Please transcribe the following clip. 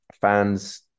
fans